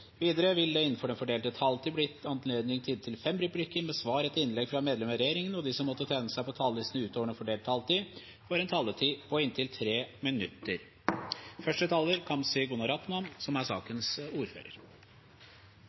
Videre vil det – innenfor den fordelte taletid – bli gitt anledning til inntil fem replikker med svar etter innlegg fra medlem av regjeringen, og de som måtte tegne seg på talerlisten utover den fordelte taletid, får en taletid på inntil 3 minutter.